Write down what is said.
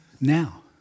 now